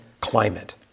climate